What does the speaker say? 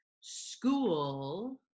school